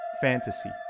fantasy